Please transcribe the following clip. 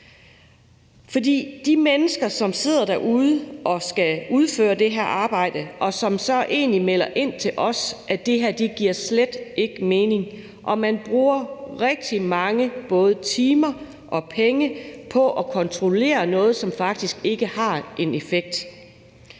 For de mennesker, som sidder derude og skal udføre det her arbejde, melder egentlig ind til os, at det her slet ikke giver mening, og at man bruger både rigtig mange timer og rigtig mange penge på at kontrollere noget, som faktisk ikke har en effekt.